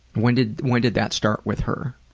when did when did that start with her?